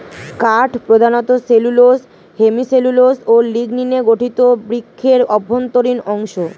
কাঠ প্রধানত cellulose, hemicellulose ও লিগনিনে গঠিত বৃক্ষের অভ্যন্তরীণ অংশ